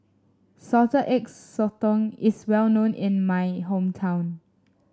Salted Egg Sotong is well known in my hometown